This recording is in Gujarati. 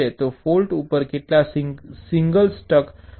તો ફૉલ્ટ ઉપર કેટલા સિંગલ સ્ટક હોઈ શકે છે